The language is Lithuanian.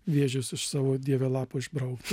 vėžius iš savo dieve lapo išbraukt